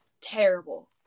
terrible